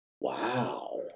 wow